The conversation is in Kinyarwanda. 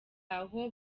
aho